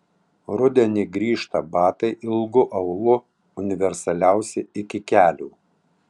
rudenį grįžta batai ilgu aulu universaliausi iki kelių